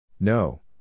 No